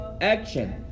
Action